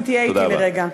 תודה רבה.